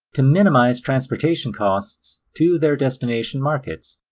to minimize transportation costs to their destination markets.